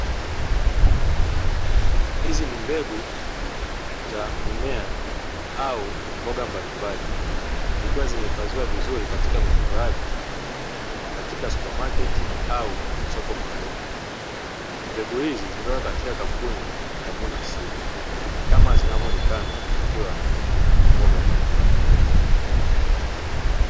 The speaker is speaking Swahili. Hizi ni mbegu za mimea au mboga mbalimbali zikiwa zimehifadhiwa vizuri katika mifuko yake, katika "supermarket" au soko maalumu, mbegu hizi znatoka katika kampuni ya "vuna seeds" kama zinavyoonekana zikiwa na mboga mbalimbali.